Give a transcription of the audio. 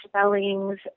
spellings